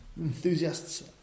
Enthusiasts